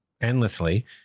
endlessly